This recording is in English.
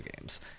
games